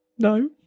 no